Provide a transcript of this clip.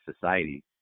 society